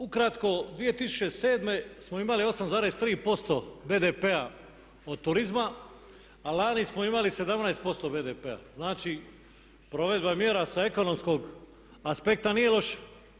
Ukratko 2007.smo imali 8,3% BDP-a od turizma a lani smo imali 17% BDP-a, znači provedba mjera sa ekonomskog aspekta nije loša.